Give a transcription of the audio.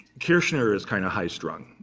kirchner is kind of a high strung,